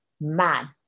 man